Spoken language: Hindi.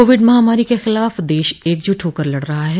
कोविड महामारी के खिलाफ देश एकजुट होकर लड़ रहा है